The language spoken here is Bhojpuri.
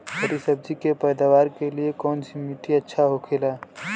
हरी सब्जी के पैदावार के लिए कौन सी मिट्टी अच्छा होखेला?